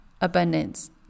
abundance